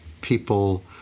people